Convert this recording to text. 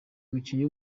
umukinnyi